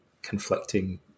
conflicting